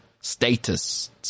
Status